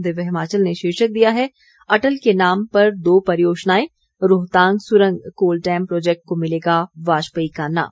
दिव्या हिमाचल ने शीर्षक दिया है अटल के नाम पर दो परियोजनाएं रोहतांग सुरंग कोल डैम प्रोजेक्ट को मिलेगा वाजपेयी का नाम